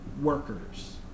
workers